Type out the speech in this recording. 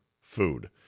food